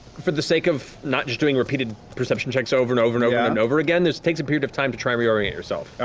for the sake of not just doing repeated perception checks over and over and over and over again, this takes a period of time to try and reorient yourself.